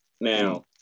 Now